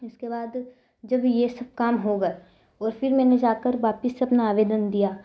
इसके बाद जब यह सब काम हो गया फ़िर मैंने जाकर वापस से अपना आवेदन दिया